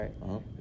right